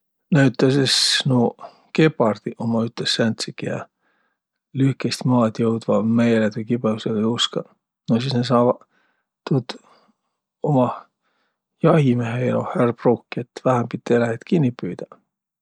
Näütüses nuuq gepardiq ummaq üteq sääntseq, kiä lühkeist maad joudvaq meeledü kibõhusõga juuskõq. No sis nä saavaq tuud umah jahimeheeloh ärq pruukiq, et vähämbit eläjit kinniq püüdäq.